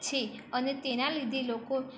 છે અને તેના લીધે લોકો